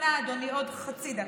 אדוני, עוד חצי דקה.